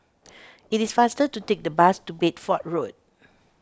it is faster to take the bus to Bedford Road